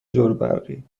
جاروبرقی